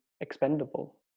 expendable